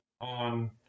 on